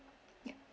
yup